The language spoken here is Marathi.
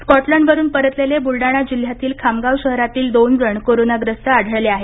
स्कॉटलंडवरुन परतलेले बुलडाणा जिल्ह्यातील खामगाव शहरातील दोन जण कोरोनाग्रस्त आढळले आहेत